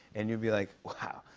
and you'll be like, wow.